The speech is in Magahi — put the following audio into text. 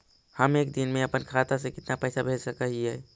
हम एक दिन में अपन खाता से कितना पैसा भेज सक हिय?